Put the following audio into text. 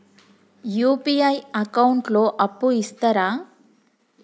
UPI account లో అప్పు ఇస్తరా?